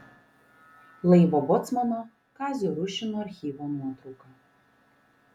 laivo bocmano kazio rušino archyvo nuotrauka